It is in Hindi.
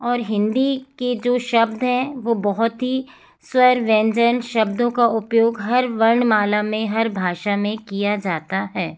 और हिंदी के जो शब्द हैं वो बहुत ही स्वर व्यंजन शब्दों का उपयोग हर वर्णमाला में हर भाषा में किया जाता है